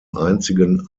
einzigen